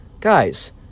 guys